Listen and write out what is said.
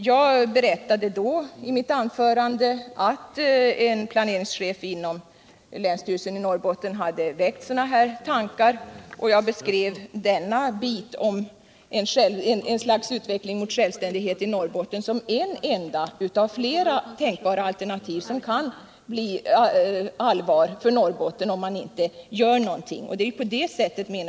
Jag redogjorde då i mitt anförande för de tankar som en planeringschef vid länsstyrelsen i Norrbotten hade väckt, och jag beskrev en utveckling mot självständighet i Norrbotten som ett av flera tänkbara alternativ för Norrbottens del om man inte gör någonting.